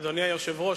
אדוני היושב-ראש,